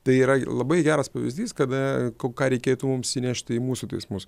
tai yra labai geras pavyzdys kada ką reikėtų mums įnešti į mūsų teismus